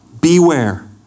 Beware